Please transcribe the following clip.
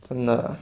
真的